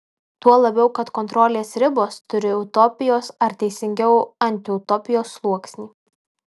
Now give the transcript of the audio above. tuo labiau kad kontrolės ribos turi utopijos ar teisingiau antiutopijos sluoksnį